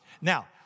Now